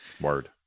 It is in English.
Word